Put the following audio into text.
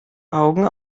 augen